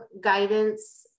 guidance